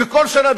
וכל שנה,